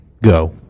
Go